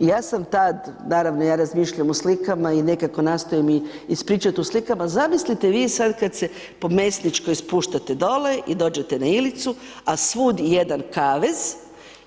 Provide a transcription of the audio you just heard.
I ja sam tad, naravno ja razmišljam u slikama i nekako nastojim i ispričati u slikama, zamislite vi sad kad se po Mesničkoj spuštate dolje i dođete na Ilicu, a svud jedan kavez,